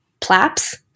plaps